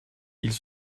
ils